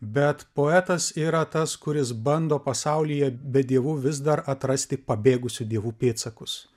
bet poetas yra tas kuris bando pasaulyje be dievų vis dar atrasti pabėgusių dievų pėdsakus